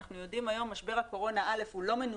כי אנחנו יודעים היום שמשבר הקורונה לא מנותק